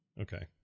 Okay